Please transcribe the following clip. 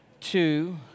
two